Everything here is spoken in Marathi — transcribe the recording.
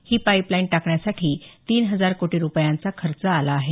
ही पाईपलाईन टाकण्यासाठी तीन हजार कोटी रुपयांचा खर्च आला आहे